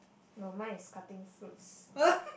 no mine is cutting fruits